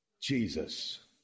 Jesus